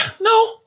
no